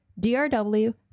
DRW